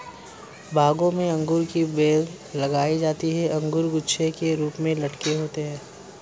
बागों में अंगूर की बेल लगाई जाती है अंगूर गुच्छे के रूप में लटके होते हैं